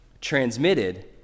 transmitted